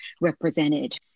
represented